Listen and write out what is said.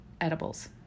edibles